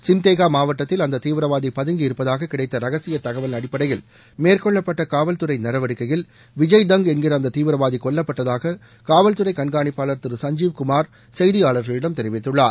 சிம்தேகா மாவட்டத்தில் அந்த தீவிரவாதி பதுங்கி இருப்பதூகக் கிடைத்த ரகசிய தகவலின் அடிப்படையில் மேற்கொள்ளப்பட்ட காவல் துறை நடவடிக்கையில் விஜய் தங் என்கிற அந்த தீவிரவாதி கொல்லப்பட்டதாக காவல்துறை கண்காணிப்பாளர் திரு சஞ்சீவ் குமார் செய்தியாளர்களிடம் தெரிவித்துள்ளார்